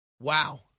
Wow